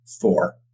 four